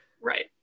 Right